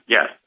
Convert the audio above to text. Yes